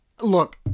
Look